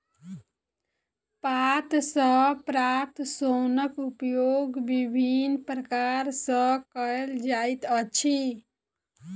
पात सॅ प्राप्त सोनक उपयोग विभिन्न प्रकार सॅ कयल जाइत अछि